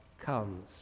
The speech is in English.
comes